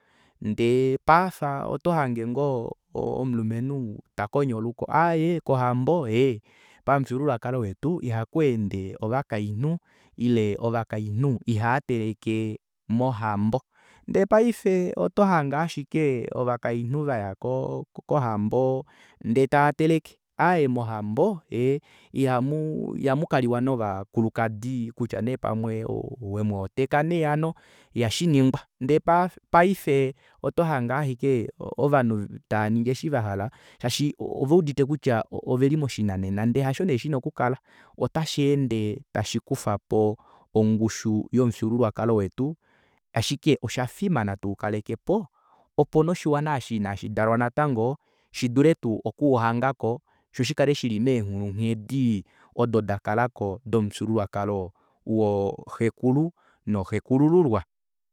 Ndee paife otohange ngoo omulumenhu takonya oluko aaye kohambo ee pamufyuululwakalo wetu ihaku ende ovakainhu ile ovakainhu ihaateleke mohambo ndee paife otohange ashike ovakainhu vaya ko kohambo ndee taateleke aaye mohambo ee ihamu ihamukaliwa novakulukadi kutya neepamwe wemwooteka nee hano ihashiningwa ndee paife oto hange ashike ovanhu tavaningi osho vahala shaashi oveudite kutya oveli moshinanena ndee hasho nee shina okukala ota sheende tashikufapo ongushu yomufyuululwakalo wetu ashike oshafimana tuu kalekepo opo noshiwana eshi inashidalwa natango shidule tuu okuuhangako shoshikale shili meenghulunghedi odo dakalako domufyuululwakalo wooxekulu noo xekulululwa.